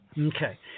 Okay